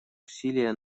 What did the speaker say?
усилия